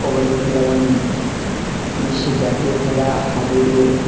কবাডি খেলা মানে বিশ্বের জাতীয় খেলা হাডুডু